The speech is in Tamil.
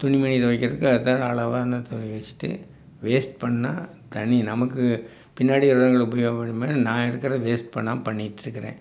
துணிமணி துவைக்கிறதுக்கு அதுக்கான அளவான துவச்சிட்டு வேஸ்ட் பண்ணிணா தண்ணி நமக்கு பின்னாடி உள்ளவங்களுக்கு உபயோகப்படுமேன்னு நான் எடுக்கிறத வேஸ்ட் பண்ணாமல் பண்ணிட்டிருக்குறேன்